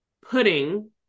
pudding